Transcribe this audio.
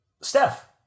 Steph